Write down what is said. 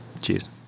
Cheers